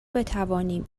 بتوانیم